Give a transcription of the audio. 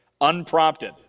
unprompted